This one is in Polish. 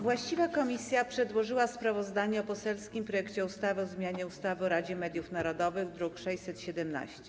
Właściwa komisja przedłożyła sprawozdanie o poselskim projekcie ustawy o zmianie ustawy o Radzie Mediów Narodowych, druk nr 617.